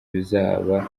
bizaba